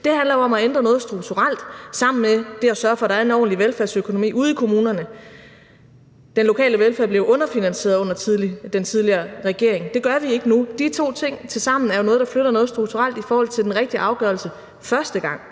Det handler jo om at ændre noget strukturelt sammen med det at sørge for, at der er en ordentlig velfærdsøkonomi ude i kommunerne. Den lokale velfærd blev underfinansieret under den tidligere regering. Det bliver den ikke nu, og de to ting tilsammen er jo noget, der flytter noget strukturelt i forhold til den rigtige afgørelse første gang,